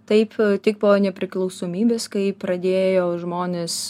taip tik po nepriklausomybės kai pradėjo žmonės